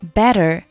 better